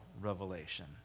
revelation